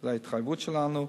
זה ההתחייבות שלנו.